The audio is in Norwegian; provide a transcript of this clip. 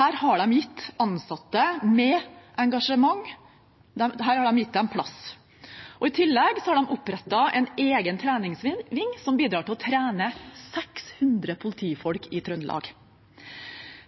Her har de gitt ansatte med engasjement plass. I tillegg har de opprettet egen treningsving som bidrar til å trene 600 politifolk i Trøndelag.